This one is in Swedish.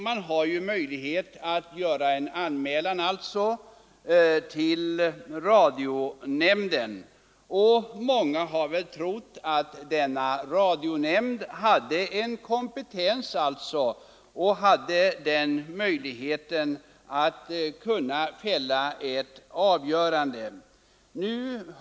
Man har ju möjlighet att göra en anmälan till radionämnden, och många har väl trott att denna radionämnd hade kompetensen att fälla ett avgörande.